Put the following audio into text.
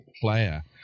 player